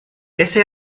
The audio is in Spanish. ese